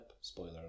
spoiler